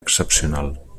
excepcional